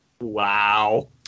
Wow